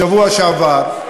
בשבוע שעבר,